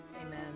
Amen